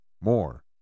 more